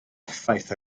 effaith